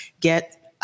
get